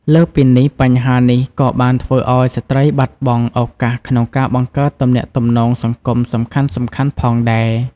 លើសពីនេះ បញ្ហានេះក៏បានធ្វើឱ្យស្ត្រីបាត់បង់ឱកាសក្នុងការបង្កើតទំនាក់ទំនងសង្គមសំខាន់ៗផងដែរ។